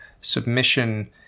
submission